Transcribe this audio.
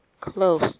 close